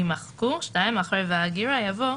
יימחקו, אחרי "וההגירה" יבוא: